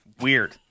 Weird